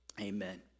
amen